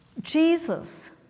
Jesus